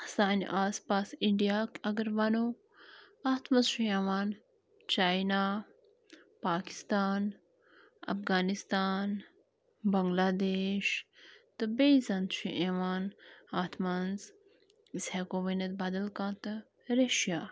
سانہِ آس پاس اِنڈیا اگر وَنو اَتھ منٛز چھُ یِوان چینا پاکِستان اَفغانِستان بنٛگلہ دیش تہٕ بیٚیہِ زَن چھُ یِوان اَتھ منٛز أسۍ ہٮ۪کو ؤنِتھ بدل کانٛہہ تہٕ ریشیا